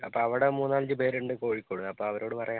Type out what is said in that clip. അപ്പോൾ അവിടെ മൂന്നാലഞ്ച് പേരുണ്ട് കോഴിക്കോട് അപ്പോൾ അവരോട് പറയാം